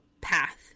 path